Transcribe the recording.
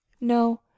No